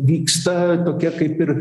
vyksta tokia kaip ir